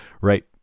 right